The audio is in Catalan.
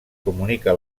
comunica